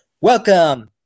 Welcome